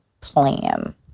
plan